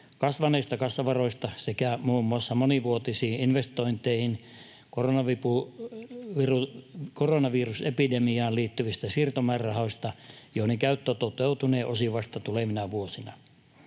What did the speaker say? kasvaneista kassavaroista sekä muun muassa monivuotisiin investointeihin ja koronavirusepidemiaan liittyvistä siirtomäärärahoista, joiden käyttö toteutunee osin vasta tulevina vuosina.